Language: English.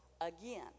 Again